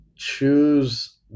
choose